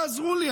תעזרו לי,